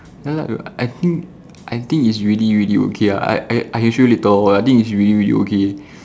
ya lah I think I think is really really okay ah I I I can show you later oh I think is really really okay